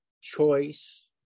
choice